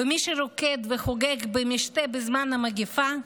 במי שרוקד וחוגג במשתה בזמן המגפה?